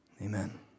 Amen